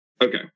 Okay